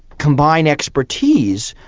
combine expertise,